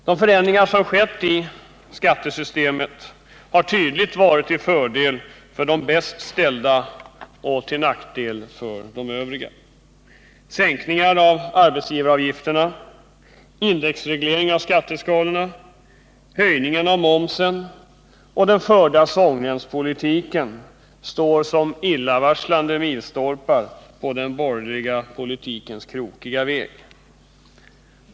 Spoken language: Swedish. De förändringar som skett i skattesystemet har tydligt varit till fördel för de bäst ställda och till nackdel för de övriga. Sänkningar av arbetsgivaravgifterna, indexreglering av skatteskalorna, höjningar av momsen och den förda svångremspolitiken står som illavarslande milstolpar på den borgerliga politikens krokiga väg.